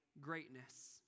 greatness